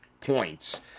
points